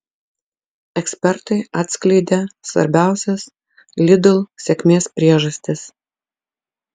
ekspertai atskleidė svarbiausias lidl sėkmės priežastis